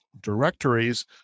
directories